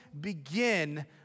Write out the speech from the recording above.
begin